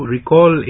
recall